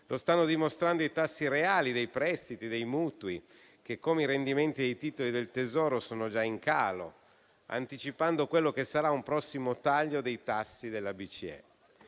Lo stanno dimostrando i tassi reali dei prestiti e dei mutui, che, come i rendimenti dei titoli del Tesoro, sono già in calo, anticipando quello che sarà un prossimo taglio dei tassi della BCE.